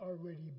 already